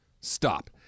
Stop